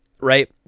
Right